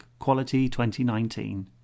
Quality2019